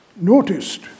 noticed